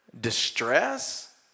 Distress